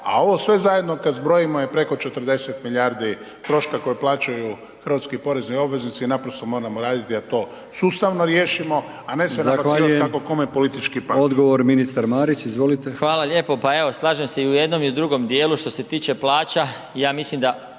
a ovo sve zajedno kad zbrojimo je preko 40 milijardi troška koje plaćaju hrvatski porezni obvezni i naprosto moramo raditi da to sustavno riješimo, a ne se nabacivati kako kome politički paše.